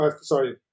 sorry